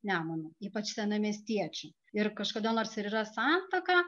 nemunu ypač senamiestiečių ir kažkada nors yra santaka